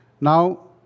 Now